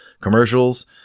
commercials